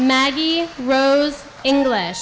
maggie rose english